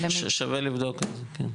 שווה לבדוק, כן.